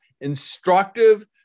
instructive